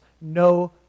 No